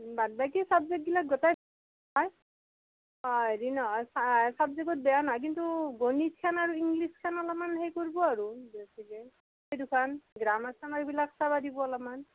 বাদ বাকি চাবজেক্ট গিলাক গোটেই হেৰি নহয় চাবজেক্ট বেয়া নহয় কিন্তু গণিত খান ইংলিছ খান অলপমাণ সেই কৰিব আৰু বেছিকৈ সেই দুখান গ্ৰামাৰ চামাৰ গিলাক চাব দিব অলপমাণ